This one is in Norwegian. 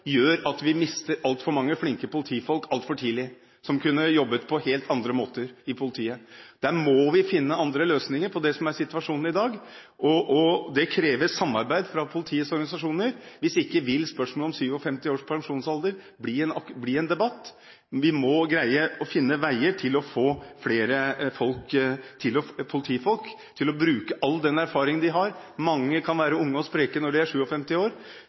gjør at vi mister altfor mange flinke politifolk altfor tidlig, som kunne jobbet på helt andre måter i politiet. Der må vi finne andre løsninger på det som er situasjonen i dag. Det krever samarbeid fra politiets organisasjoner. Hvis ikke vil spørsmålet om 57 års pensjonsalder bli en debatt. Vi må greie å finne veier til å få flere politifolk til å bruke all den erfaringen de har – mange kan være unge og spreke når de er 57 år